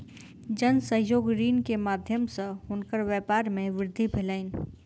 जन सहयोग ऋण के माध्यम सॅ हुनकर व्यापार मे वृद्धि भेलैन